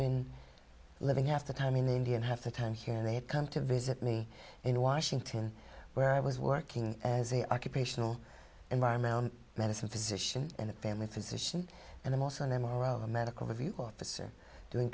been living have the time in india and half the time here they had come to visit me in washington where i was working as a occupational environmental medicine physician and family physician and i'm also an m r o a medical review officer doing